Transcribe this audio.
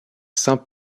saint